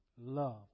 love